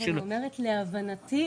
להבנתי,